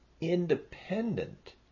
independent